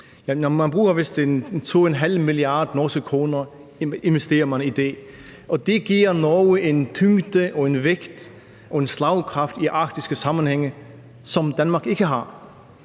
investerer vist 2,5 mia. norske kroner i det, og det giver Norge en tyngde og en vægt og en slagkraft i arktiske sammenhænge, som Danmark ikke har.